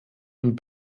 und